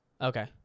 Okay